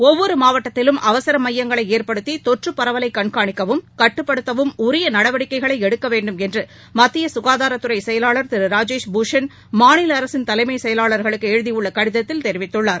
ஒவ்வொரு மாவட்டத்திலும் அவசர மையங்களை ஏற்படுத்தி தொற்றுப் பரவலைக் கண்காணிக்கவும் கட்டுப்படுத்தவும் உரிய நடவடிக்கைகளை எடுக்க வேண்டுமென்று மத்திய சுகாதாரத்துறை செயலாளர் திரு ராஜேஷ் பூஷண் மாநில அரசின் தலைமைச் செயலாளர்களுக்கு எழுதியுள்ள கடிதத்தில் தெரிவித்துள்ளார்